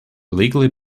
legally